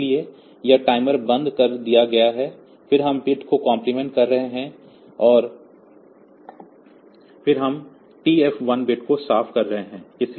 इसलिए यह टाइमर बंद कर दिया गया है फिर हम बिट को कम्प्लीमेंट कर रहे हैं फिर हम TF1 बिट को साफ कर रहे हैं